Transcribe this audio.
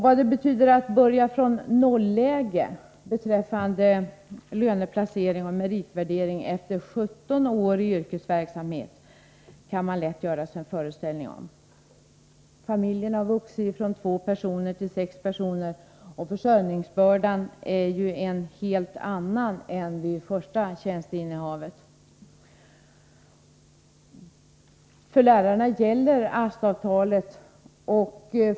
Vad det betyder att börja från nolläge beträffande löneplacering och meritvärdering efter 17 år i yrkesverksamhet kan man lätt göra sig en föreställning om. Familjen har i detta fall vuxit från två till sex personer, och försörjningsbördan har alltså blivit en helt annan än vid det första tjänsteinnehavet. För lärare gäller AST-avtalet.